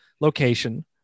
location